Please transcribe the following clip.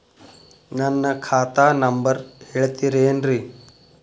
ನನ್ನ ಖಾತಾ ನಂಬರ್ ಹೇಳ್ತಿರೇನ್ರಿ?